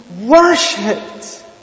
worshipped